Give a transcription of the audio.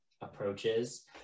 approaches